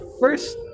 first